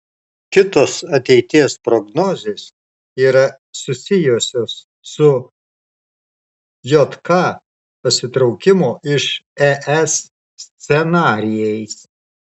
kitos ateities prognozės yra susijusios su jk pasitraukimo iš es scenarijais